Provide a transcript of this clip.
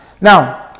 Now